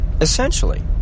essentially